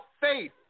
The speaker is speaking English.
faith